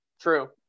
True